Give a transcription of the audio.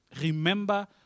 Remember